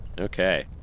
Okay